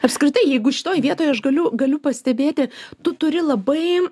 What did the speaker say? apskritai jeigu šitoj vietoj aš galiu galiu pastebėti tu turi labai